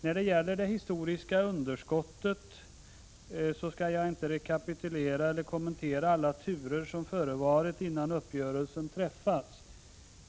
När det gäller det historiska underskottet så skall jag inte rekapitulera eller kommentera alla turer som förevarit innan uppgörelse nu träffats.